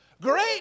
Great